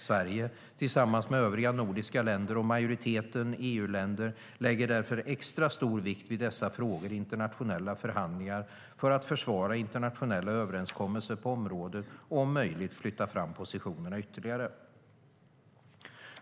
Sverige, tillsammans med övriga nordiska länder och majoriteten EU-länder, lägger därför extra stor vikt vid dessa frågor i internationella förhandlingar för att försvara internationella överenskommelser på området och om möjligt flytta fram positionerna ytterligare.